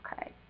Okay